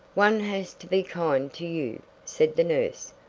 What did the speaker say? one has to be kind to you, said the nurse,